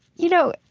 you know,